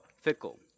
fickle